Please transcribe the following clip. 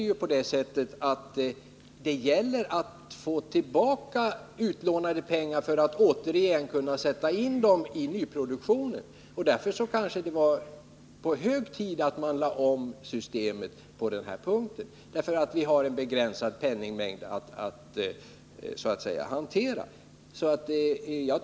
Det gäller emellertid att få tillbaka utlånade pengar för att åter kunna sätta in dem i nyproduktionen. Därför var det kanske hög tid att lägga om systemet på denna punkt. Vi har ju en begränsad penningmängd att hantera.